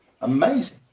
Amazing